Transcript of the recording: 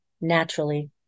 naturally